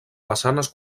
façanes